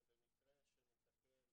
ובמקרה שניתקל